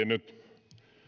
nyt